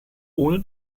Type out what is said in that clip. ohne